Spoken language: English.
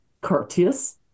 courteous